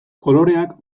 koloreak